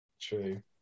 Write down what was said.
true